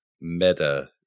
meta